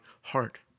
heart